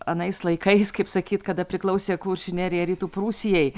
anais laikais kaip sakyt kada priklausė kuršių nerija rytų prūsijai